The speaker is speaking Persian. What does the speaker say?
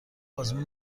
آزمون